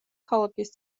ქალაქის